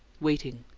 waiting.